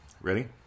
ready